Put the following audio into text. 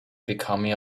becoming